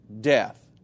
death